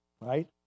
Right